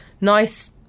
nice